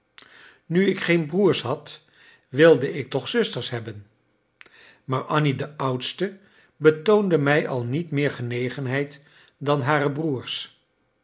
nu ik geen broers had wilde ik toch zusters hebben maar annie de oudste betoonde mij al niet meer genegenheid dan hare broeders